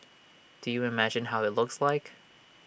do you imagine how IT looks like